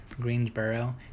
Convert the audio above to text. Greensboro